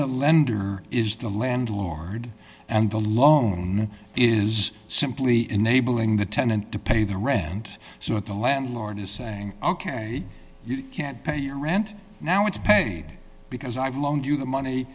the lender is the landlord and the loan is simply enabling the tenant to pay the rent so the landlord is saying ok you can't pay your rent now it's paid because i've long you have money